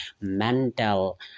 mental